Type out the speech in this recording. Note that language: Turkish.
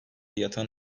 yatan